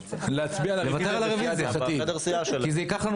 תוותר על הרביזיה כי זה ייקח לנו